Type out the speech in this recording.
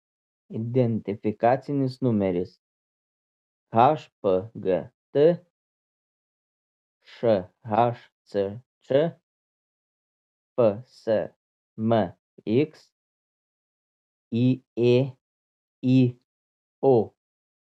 identifikacinis numeris hpgt šhcč fsmx yėyo